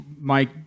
Mike